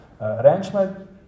arrangement